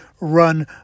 run